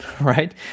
right